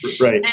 Right